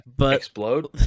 Explode